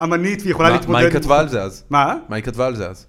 אמנית שיכולה להתמודד. מה היא כתבה על זה אז? מה? מה היא כתבה על זה אז?